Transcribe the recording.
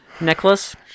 necklace